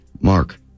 Mark